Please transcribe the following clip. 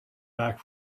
back